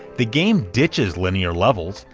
the game ditches linear levels,